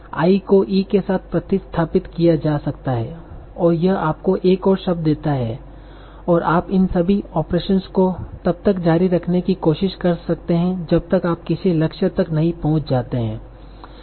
I को e के साथ प्रतिस्थापित किया जा सकता है और यह आपको एक और शब्द देता है और आप इन सभी ऑपरेशन्स को तब तक जारी रखने की कोशिश कर सकते हैं जब तक आप किसी लक्ष्य तक नहीं पहुच जाते हों